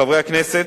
חברי הכנסת,